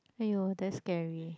!aiyo! that's scary